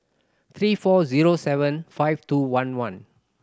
three four zero seven five two one one